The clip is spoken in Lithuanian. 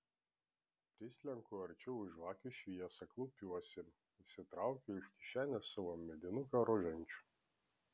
prislenku arčiau į žvakių šviesą klaupiuosi išsitraukiu iš kišenės savo medinuką rožančių